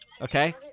Okay